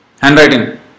Handwriting